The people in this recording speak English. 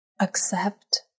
accept